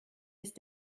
ist